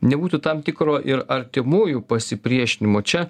nebūtų tam tikro ir artimųjų pasipriešinimo čia